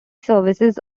services